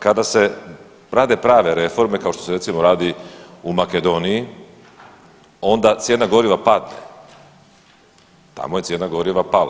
Kada se rade prave reforme, kao što se recimo radi u Makedoniji, onda cijena goriva padne, tamo je cijena goriva pala.